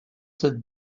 cette